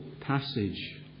passage